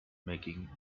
making